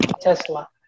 Tesla